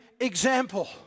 example